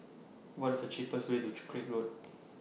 What IS The cheapest Way to Craig Road